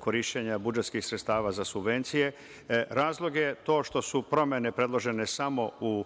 korišćenja budžetskih sredstava za subvencije. Razlog je to što su promene predložene samo u